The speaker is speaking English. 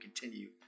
continue